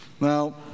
Now